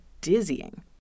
dizzying